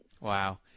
Wow